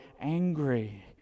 angry